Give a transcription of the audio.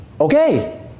Okay